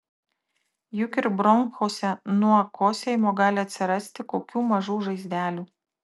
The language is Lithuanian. juk ir bronchuose nuo kosėjimo gali atsirasti kokių mažų žaizdelių